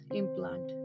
implant